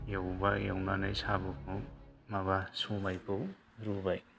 एवबाय एवनानै साम'खौ माबा सबायखौ रुबाय